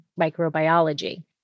microbiology